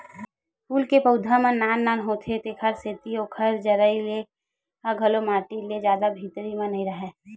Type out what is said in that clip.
फूल के पउधा मन नान नान होथे तेखर सेती ओखर जरई ह घलो माटी के जादा भीतरी म नइ राहय